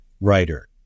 writer